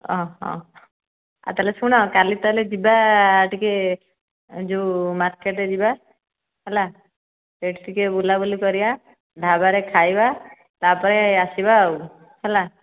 ଆଉ ତାହେଲେ ଶୁଣ କାଲି ତାହାଲେ ଯିବା ଟିକେ ଯେଉଁ ମାର୍କେଟ ଯିବା ହେଲା ସେହିଠି ଟିକେ ବୁଲାବୁଲି କରିବା ଢାବା ରେ ଖାଇବା ତାପରେ ଆସିବା ଆଉ ହେଲା